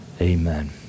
Amen